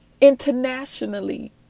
internationally